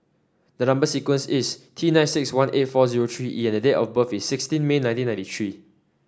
the number sequence is T nine six one eight four zero three E and date of birth is sixteen May nineteen ninety three